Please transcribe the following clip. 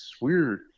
weird